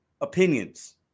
opinions